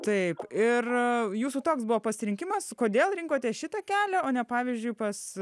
taip ir jūsų toks buvo pasirinkimas kodėl rinkotės šitą kelią o ne pavyzdžiui pas